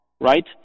right